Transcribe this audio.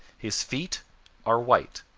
his feet are white.